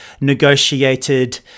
negotiated